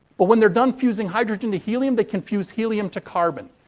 but, when they're done fusing hydrogen to helium, they can fuse helium to carbon.